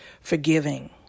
forgiving